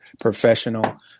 professional